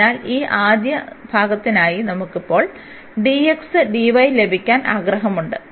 അതിനാൽ ഈ ആദ്യ ഭാഗത്തിനായി നമുക്ക് ഇപ്പോൾ dx dy ലഭിക്കാൻ ആഗ്രഹമുണ്ട്